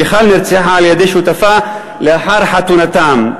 מיכל נרצחה על-ידי שותפם לאחר חתונתם.